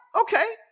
Okay